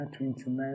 29